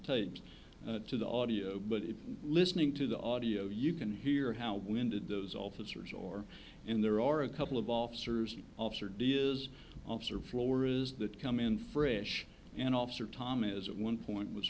tapes to the audio but listening to the audio you can hear how winded those officers or in there are a couple of officers officer dia's officer floor is that come in fresh and officer tom is one point was